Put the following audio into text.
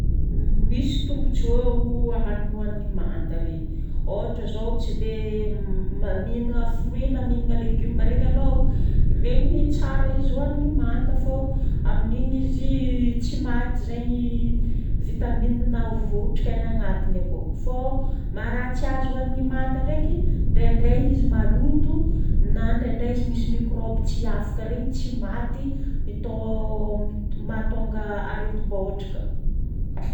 Misy tombotsoa hanigny hohanigna manta regny. Ôhatra zao tsy dia ma- mihignana fruit na mihignana légume regny anao, regny tsara izy hohanigny manta fô amin'igny izy tsy maty zegny vitamine na votrikaina agnatiny akao fô maharatsy azy hohanigny manta ndraiky, ndraindray izy maloto, na ndraindray izy misy mikrôby tsy afaka regny, tsy maty. Mitô mahatônga aretim-bahôtro ka.